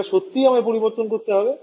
যেটা সত্যই আমার পরিবর্তন করতে হবে